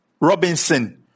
Robinson